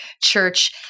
church